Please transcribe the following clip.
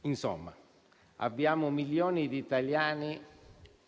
Ci sono milioni di italiani